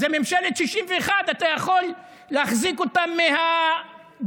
זו ממשלת 61, אתה יכול להחזיק אותם בגרון.